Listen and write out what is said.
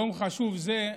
יום חשוב זה,